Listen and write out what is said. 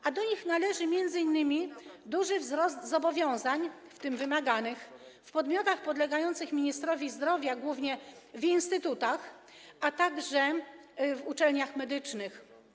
Należy do nich m.in. duży wzrost zobowiązań, w tym wymaganych, w podmiotach podlegających ministrowi zdrowia, głownie w instytutach, a także uczelniach medycznych.